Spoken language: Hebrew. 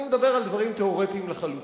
אני מדבר על דברים תיאורטיים לחלוטין.